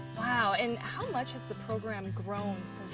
wow and how much has the program grown